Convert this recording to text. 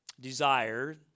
desire